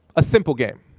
a simple game.